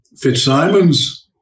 Fitzsimons